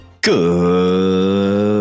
Good